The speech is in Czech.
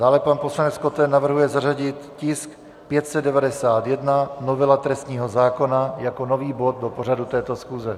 Dále pan poslanec Koten navrhuje zařadit tisk 591, novela trestního zákona, jako nový bod do pořadu této schůze.